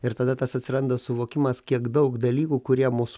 ir tada tas atsiranda suvokimas kiek daug dalykų kurie mus